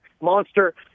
Monster